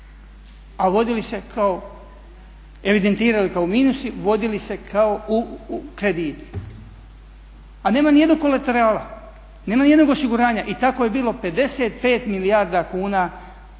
a vodili se kao, evidentirali kao minusi, vodili se kao krediti. A nema ni jednog kolaterala, nema ni jednog osiguranja i tako je bilo 55 milijarda kuna